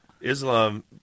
Islam